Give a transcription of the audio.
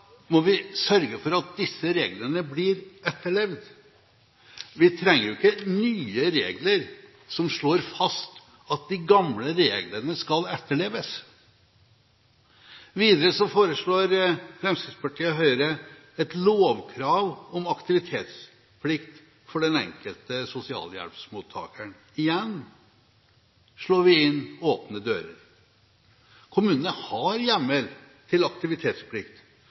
må vi sørge for at disse reglene blir etterlevd. Vi trenger ikke nye regler som slår fast at de gamle reglene skal etterleves. Videre foreslår Fremskrittspartiet og Høyre et lovmessig krav om aktivitetsplikt for den enkelte sosialhjelpsmottakeren. Igjen slår de inn åpne dører. Kommunene har hjemmel til aktivitetsplikt.